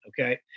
Okay